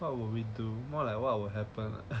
what will we do more like what will happen